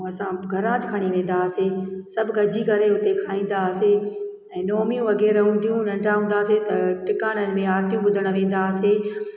ऐं असां घरां ज खणी वेंदा हुआसीं सभु गॾिजी करे हुते खाईंदा हुआसीं ऐं नवमी वग़ैरह हूंदियूं नंढा हूंदा हुआसीं त टिकाणनि में आरिती ॿुधण वेंदा हुआसीं